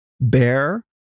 bear